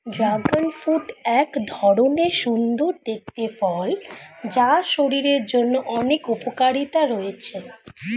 dragon fruit এক ধরণের সুন্দর দেখতে ফল যার শরীরের জন্য অনেক উপকারিতা রয়েছে